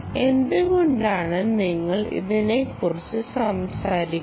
എന്തുകൊണ്ടാണ് ഞങ്ങൾ ഇതിനെക്കുറിച്ച് സംസാരിക്കുന്നത്